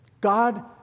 God